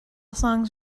songs